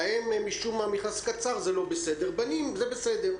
להן משום מה מכנסיים קצרים זה לא בסדר ואילו לבנים זה בסדר.